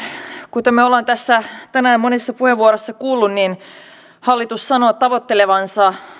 kuten me olemme tässä tänään monissa puheenvuoroissa kuulleet hallitus sanoo tavoittelevansa